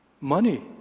Money